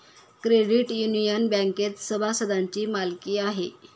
credit union बँकेत सभासदांची मालकी आहे